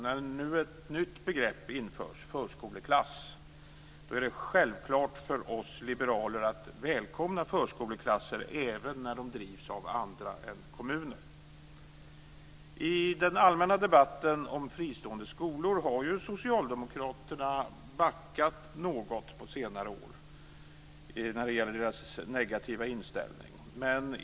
När nu ett nytt begrepp införs, förskoleklass, är det självklart för oss liberaler att välkomna förskoleklasser även när de drivs av andra än kommunen. I den allmänna debatten om fristående skolor har ju socialdemokraterna backat något på senare år när det gäller deras negativa inställning.